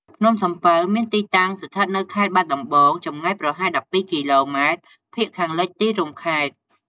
ភ្នំសំពៅ មានទីតាំង ស្ថិតនៅខេត្តបាត់ដំបង ចម្ងាយប្រហែល ១២ គីឡូម៉ែត្រភាគខាងលិចទីរួមខេត្ត។